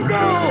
go